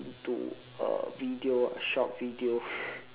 to a video short video